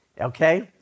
Okay